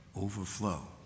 overflow